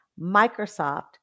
Microsoft